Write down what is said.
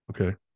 Okay